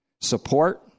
support